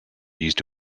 used